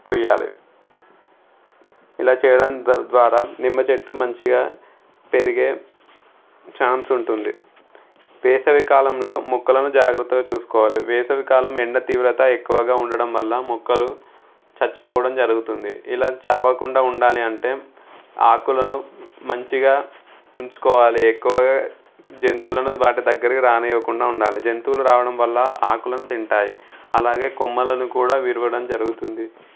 పోయాలి ఇలా చేయడం ద ద్వారా నిమ్మచెట్టు మంచిగా పెరిగే ఛాన్స్ ఉంటుంది వేసవికాలంలో మొక్కలను జాగ్రత్తగా చూసుకోవాలి వేసవికాలం ఎండ తీవ్రత ఎక్కువగా ఉండటం వల్ల మొక్కలు చచ్చిపోవడం జరుగుతుంది ఇలా చావకుండా ఉండాలి అంటే ఆకులను మంచిగా ఉంచుకోవాలి ఎక్కువగా జంతువులను వాటి దగ్గరికి రానివ్వకుండా ఉండాలి జంతువులు రావడం వల్ల ఆకులను తింటాయి అలాగే కొమ్మలను కూడా విరగడం జరుగుతుంది